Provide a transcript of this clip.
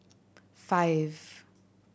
five